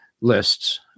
lists